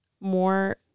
more